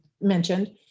mentioned